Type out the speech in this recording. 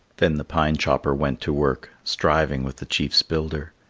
then the pine chopper went to work, striving with the chief's builder.